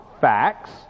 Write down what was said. facts